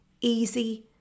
easy